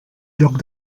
lloc